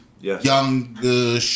young